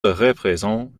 représente